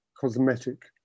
cosmetic